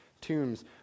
tombs